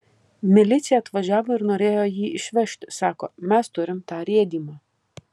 milicija atvažiavo ir norėjo jį išvežti sako mes turim tą rėdymą